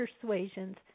persuasions